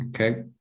Okay